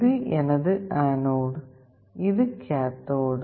இது எனது ஆனோட் இது கேத்தோடு